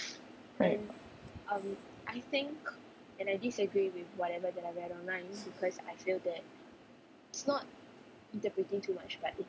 right